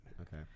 Okay